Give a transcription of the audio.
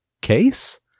Case